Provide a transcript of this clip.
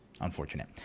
unfortunate